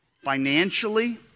financially